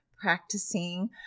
practicing